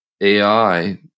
AI